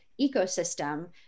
ecosystem